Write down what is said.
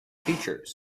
features